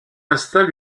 installe